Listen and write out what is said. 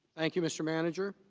thank you mr. manager